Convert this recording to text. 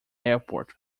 airport